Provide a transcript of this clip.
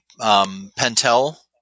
Pentel